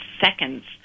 seconds